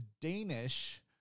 Danish